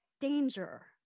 danger